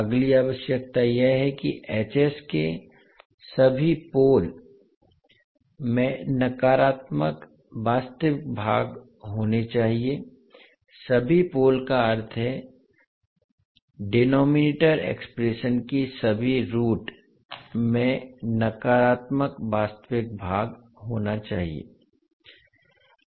अगली आवश्यकता यह है कि के सभी पोल में नकारात्मक वास्तविक भाग होने चाहिए सभी पोल का अर्थ है डिनोमिनेटर एक्सप्रेशन की सभी रुट में नकारात्मक वास्तविक भाग होना चाहिए